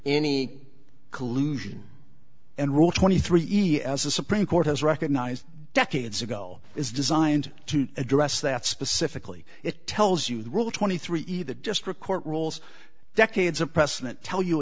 any collusion and rule twenty three as the supreme court has recognized decades ago is designed to address that specifically it tells you the rule twenty three either just record rules decades of precedent tell you